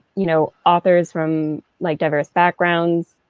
you know, authors from like diverse backgrounds,